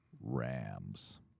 Rams